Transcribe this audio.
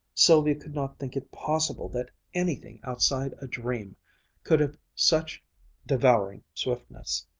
sylvia could not think it possible that anything outside a dream could have such devouring swiftness.